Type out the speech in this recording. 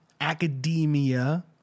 academia